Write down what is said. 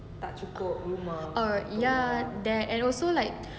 err ya and also like